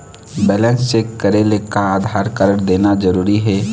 Balance check करेले का Aadhaar card देना जरूरी हे?